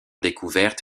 découverte